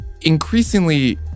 Increasingly